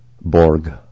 Borg